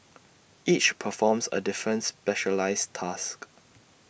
each performs A different specialised task